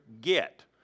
get